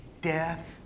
death